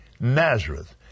Nazareth